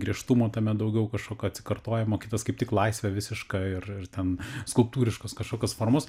griežtumo tame daugiau kažkokio atsikartojimo kitas kaip tik laisvė visiška ir ir ten skulptūriškos kažkokios formos